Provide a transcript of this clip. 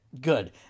Good